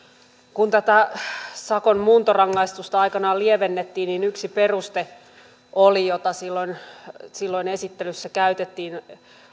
kun tätä sakon muuntorangaistusta aikanaan lievennettiin niin yksi peruste jota silloin silloin esittelyssä käytettiin